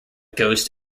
ghost